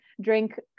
drink